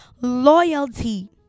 loyalty